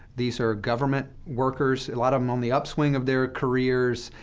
these are government workers, a lot of them on the upswing of their careers,